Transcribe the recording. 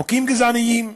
חוקים גזעניים,